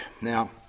Now